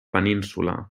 península